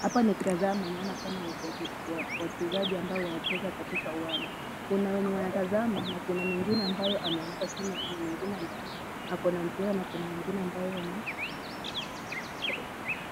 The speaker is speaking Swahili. Hapa nikikazama naona kama kuna wachezaji ambao wanacheza katika uwanja. Kuna wenye wanatazama na kuna mwingine ambaye ameanguka chini na kuna mwingine akona mpira na kuna mwingine ambayo ni